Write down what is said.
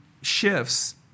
shifts